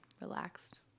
relaxed